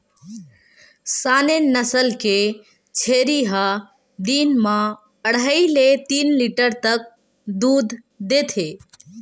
Saanen नसल के छेरी ह दिन म अड़हई ले तीन लीटर तक दूद देथे